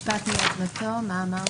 לגבי "בית המשפט מיוזמתו", מה אמרנו?